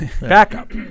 Backup